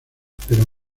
pero